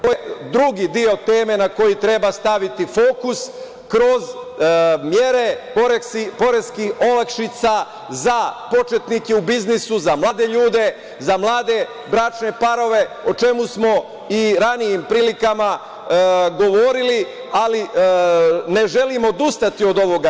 To je drugi deo teme na koji treba staviti fokus kroz mere poreskih olakšica za početnike u biznisu, za mlade ljude, za mlade bračne parove, o čemu smo i ranijim prilikama govorili, ali ne želimo odustati od ovoga.